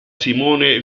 simone